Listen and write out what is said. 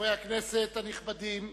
חברי הכנסת הנכבדים,